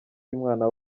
y’umwana